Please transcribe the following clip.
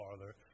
Father